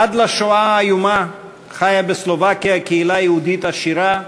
עד לשואה האיומה חיה בסלובקיה קהילה יהודית עשירה,